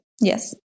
Yes